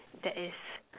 that is